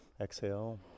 exhale